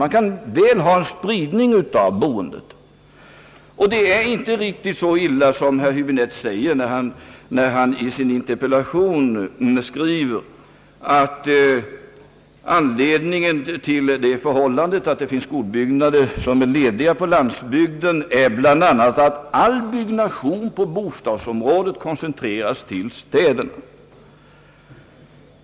Man kan väl ha en spridning av boendet. Det är inte riktigt så illa som herr Häbinette skriver i sin interpellation, att anledningen till att det finns skolbyggnader lediga på landsbygden bl.a. är den, att all byggnation på bostadsområdet koncentreras till städerna.